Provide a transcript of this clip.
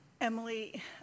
Emily